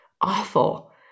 awful